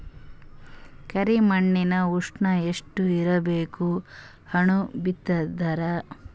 ಕರಿ ಮಣ್ಣಿನ ಉಷ್ಣ ಎಷ್ಟ ಇರಬೇಕು ಹಣ್ಣು ಬಿತ್ತಿದರ?